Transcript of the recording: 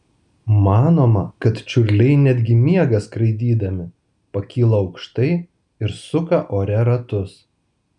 manoma kad čiurliai netgi miega skraidydami pakyla aukštai ir suka ore ratus